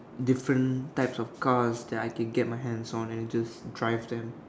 different types of cars that I can get my hands on and just drive them